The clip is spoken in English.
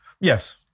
Yes